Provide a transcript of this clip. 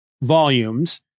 volumes